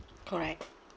correct